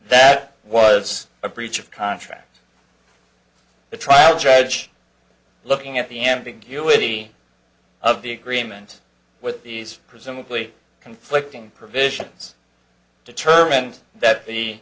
that was a breach of contract the trial judge looking at the ambiguity of the agreement with these presumably conflicting provisions determined that the